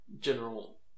general